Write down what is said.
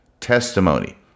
testimony